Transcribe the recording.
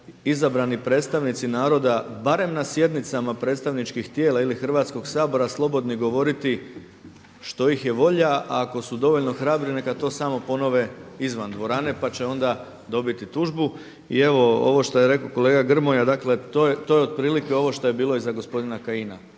izabrani predstavnici naroda barem na sjednicama predstavničkih tijela ili Hrvatskog sabora slobodni govoriti što ih je volja, a ako su dovoljno hrabri neka to samo ponove izvan dvorane, pa će onda dobiti tužbu. I evo ovo što je rekao kolega Grmoja, dakle to je otprilike ovo što je bilo i za gospodina Kajina.